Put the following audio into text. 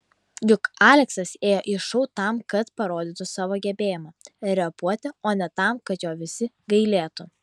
juk aleksas ėjo į šou tam kad parodytų savo gebėjimą repuoti o ne tam kad jo visi gailėtų